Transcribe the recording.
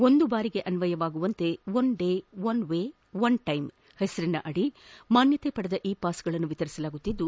ಒಂದು ಬಾರಿಗೆ ಅನ್ನಯವಾಗುವಂತೆ one day one way one ಟ್ಲೆಂ ಹೆಸರಿನಡಿ ಮಾನ್ನತೆ ಪಡೆದ ಇ ಪಾಸ್ಗಳನ್ನು ವಿತರಿಸಲಾಗುತ್ತಿದ್ದು